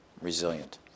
resilient